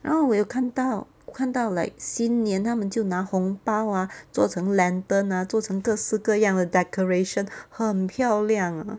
然后我有看到看到 like 新年他们就拿红包 ah 做成 lantern ah 做成各式各样的 decoration 很漂亮 uh